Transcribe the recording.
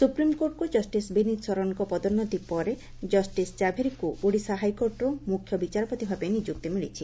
ସ୍ପ୍ରିମକୋର୍ଟକୁ justice Vineet ଶରଣଙ୍କ ପଦୋନ୍ମତି ପରେ ଜଷିସ୍ ଜାଭେରୀଙ୍କୁ ଓଡ଼ିଶା ହାଇକୋର୍ଟର ମୁଖ୍ୟବିଚାରପତି ଭାବେ ନିଯୁକ୍ତି ମିଳିଛି